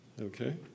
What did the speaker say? okay